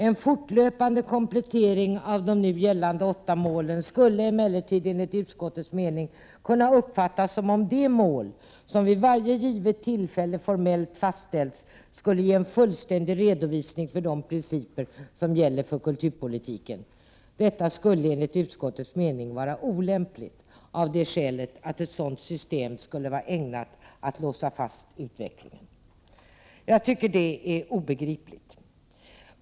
En fortlöpande komplettering av de nu gällande åtta målen skulle emellertid, enligt utskottets mening, kunna uppfattas som om de mål som vid varje givet tillfälle formellt fastställts skulle ge en fullständig redovisning för de principer som gäller för kulturpolitiken. Detta skulle enligt utskottets mening vara olämpligt av det skälet att ett sådant system skulle vara ägnat att låsa fast utvecklingen. Jag tycker att detta låter obegripligt.